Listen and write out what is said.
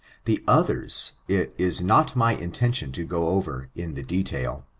the others, it is not my intention to go over, in the detail.